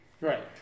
Right